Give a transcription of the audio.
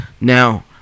Now